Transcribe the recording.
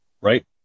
Right